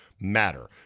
matter